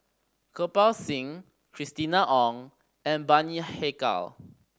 Kirpal Singh Christina Ong and Bani Haykal